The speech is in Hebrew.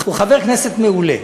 הוא חבר כנסת מעולה.